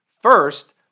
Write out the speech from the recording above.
First